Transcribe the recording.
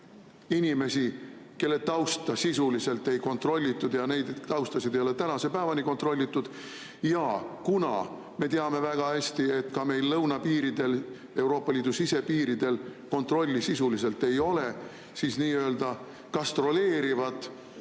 inimesi, kelle tausta sisuliselt ei kontrollitud ja neid taustasid ei ole tänase päevani kontrollitud. Ja kuna me teame väga hästi, et ka meil lõunapiiridel, Euroopa Liidu sisepiiridel kontrolli sisuliselt ei ole, siis nii-öelda gastroleerivad